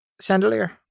chandelier